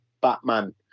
Batman